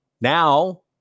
Now